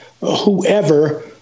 whoever